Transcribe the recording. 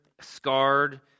scarred